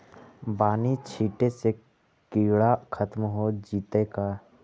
बानि छिटे से किड़ा खत्म हो जितै का?